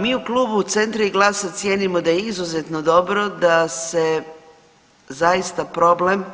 Mi u Klubu Centra i GLAS-a cijenimo da je izuzetno dobro da se zaista problem